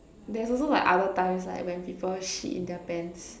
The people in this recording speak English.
there is also like other times like when people shit in their pants